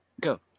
go